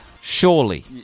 Surely